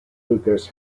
lucas